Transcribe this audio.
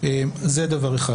זה דבר אחד.